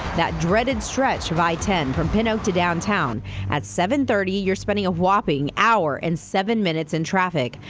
that dreaded stretch of i ten from pin oak to downtowns. at seven thirty, you're spending a whopping hour and seven minutes in traffic.